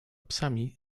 psami